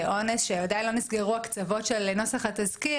זה עונש שעדיין לא נסגרו הקצוות של נוסח התזכיר.